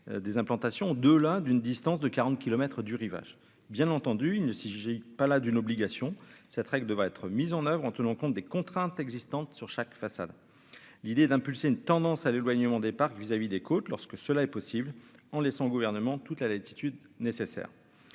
des implantations de la d'une distance de 40 kilomètres du Rivage, bien entendu, il ne si j'ai pas là d'une obligation, cette règle devrait être mis en oeuvre en tenant compte des contraintes existantes sur chaque façade l'idée d'impulser une tendance à l'éloignement des parcs vis-à-vis des côtes lorsque cela est possible en laissant au gouvernement toute la latitude nécessaire